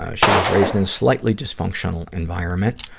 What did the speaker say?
ah she was raised in slightly dysfunctional environment.